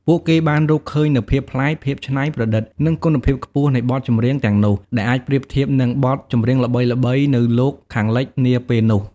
ពួកគេបានរកឃើញនូវភាពប្លែក ភាពច្នៃប្រឌិត និងគុណភាពខ្ពស់នៃបទចម្រៀងទាំងនោះ ដែលអាចប្រៀបធៀបនឹងបទចម្រៀងល្បីៗនៅលោកខាងលិចនាពេលនោះ។